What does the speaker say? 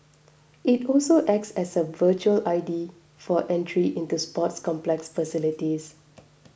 it also acts as a virtual I D for entry into sports complex facilities